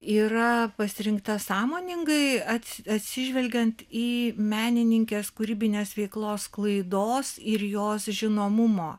yra pasirinkta sąmoningai atsi atsižvelgiant į menininkės kūrybinės veiklos sklaidos ir jos žinomumo